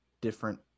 different